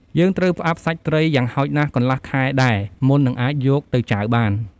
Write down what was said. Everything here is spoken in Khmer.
យើងត្រូវផ្អាប់សាច់ត្រីយ៉ាងហោចណាស់កន្លះខែដែរ មុននឹងអាចយកទៅចាវបាន។